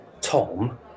Tom